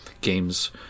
games